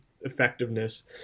effectiveness